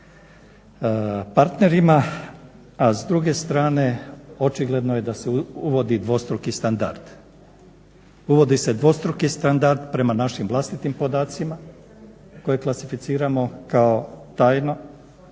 partnerima, a s druge strane očigledno je da se uvodi dvostruki standard. Uvodi se dvostruki standard prema našim vlastitim podacima koje klasificiramo kao tajno